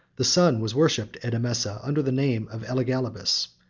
the sun was worshipped at emesa, under the name of elagabalus,